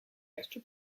extra